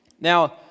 Now